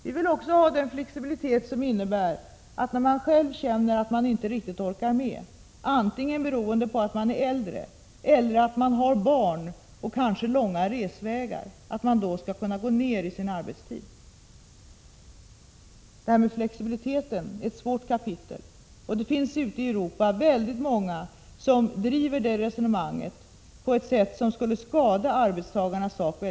Vi vill också ha en flexibilitet som innebär att man när man själv känner att man inte riktigt orkar med — antingen beroende på att man är äldre eller beroende på att man har barn och kanske dessutom har långa resvägar — skall kunna minska sin arbetstid. Flexibilitet i arbetslivet är ett svårt kapitel. På många håll ute i Europa driver man dessa frågor på ett sätt som allvarligt skulle skada arbetstagarnas sak.